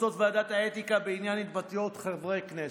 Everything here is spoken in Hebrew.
החלטות ועדת האתיקה בעניין התבטאויות חברי כנסת.